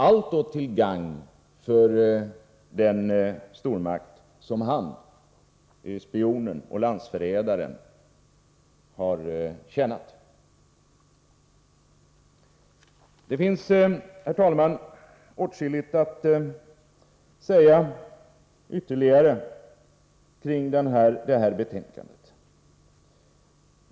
Allt detta till gagn för den stormakt som han — spionen och landsförrädaren — har tjänat. Det finns, herr talman, åtskilligt mer att säga om detta betänkande.